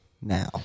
now